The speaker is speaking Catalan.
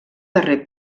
darrer